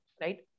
right